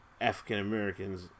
African-Americans